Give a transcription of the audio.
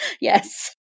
Yes